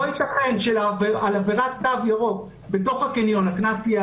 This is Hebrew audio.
לא יתכן שעל עבירת תו ירוק בתוך הקניון הקנס יהיה